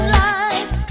life